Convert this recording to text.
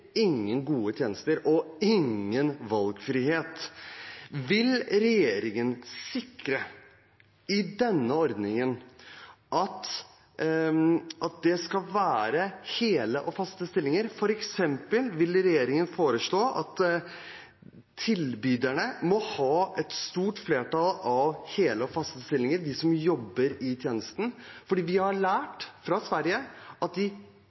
ingen gode tjenester og ingen valgfrihet. Vil regjeringen i denne ordningen sikre at det skal være hele og faste stillinger? Vil regjeringen f.eks. foreslå at tilbyderne må ha et stort flertall av hele og faste stillinger for dem som jobber i tjenesten? For vi har lært, fra Sverige, at de